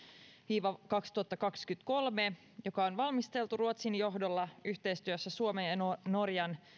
viiva kaksituhattakaksikymmentäkolme joka on valmisteltu ruotsin johdolla yhteistyössä suomen ja ja norjan